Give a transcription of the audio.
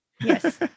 Yes